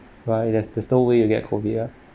there's no way you get COVID ah